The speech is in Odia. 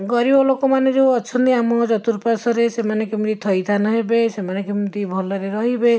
ଗରିବ ଲୋକମାନେ ଯେଉଁ ଅଛନ୍ତି ଆମ ଚତୁଃପାର୍ଶ୍ୱରେ ସେମାନେ କେମିତି ଥଇଥାନ ହେବେ ସେମାନେ କେମିତି ଭଲରେ ରହିବେ